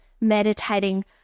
meditating